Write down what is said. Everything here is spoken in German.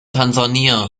tansania